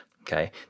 okay